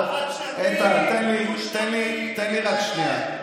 קורונה, חד-שנתי, דו-שנתי, איתן, תן לי רק שנייה.